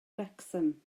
wrecsam